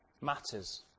matters